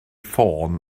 ffôn